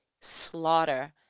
slaughter